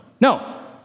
No